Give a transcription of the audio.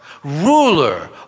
Ruler